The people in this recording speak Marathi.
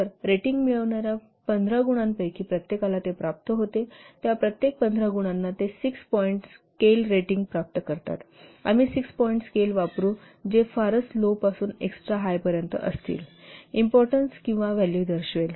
तर रेटिंग मिळविणार्या 15 गुणांपैकी प्रत्येकाला ते प्राप्त होते त्या प्रत्येक 15 गुणांना ते सिक्स पॉईंट स्केल रेटिंग प्राप्त करतात आम्ही सिक्स पॉईंट स्केल वापरू जे फारच लो पासून एक्सट्रा हाय पर्यंत असतील I इम्पॉर्टन्स किंवा व्हॅल्यू दर्शवेल